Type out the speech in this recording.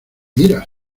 mira